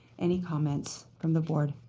any comments from the board?